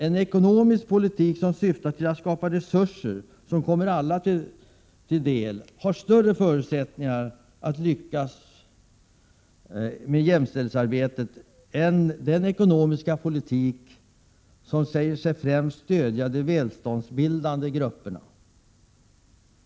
En ekonomisk politik som syftar till att skapa resurser som kommer alla till del har större förutsättningar att lyckas med jämställdhetsarbetet än den ekonomiska politik som säger sig främst stödja de välståndsbildande grupperna.